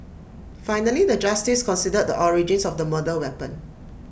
finally the justice considered the origins of the murder weapon